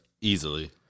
easily